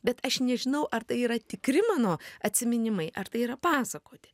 bet aš nežinau ar tai yra tikri mano atsiminimai ar tai yra pasakoti